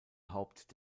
haupt